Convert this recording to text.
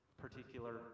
particular